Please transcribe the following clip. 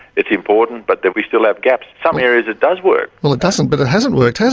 it's important, but then we still have gaps. some areas it does work. well, it doesn't, but it hasn't worked, has